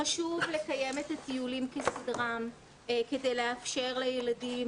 חשוב לקיים את הטיולים כסדרם כדי לאפשר לילדים